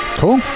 cool